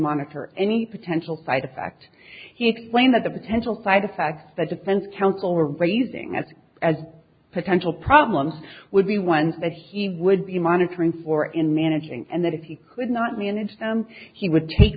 monitor any potential side effect he explained that the potential side effects that defense counsel were raising as as potential problems would be one that he would be monitoring for in managing and that if he could not manage them he would take